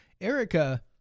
Erica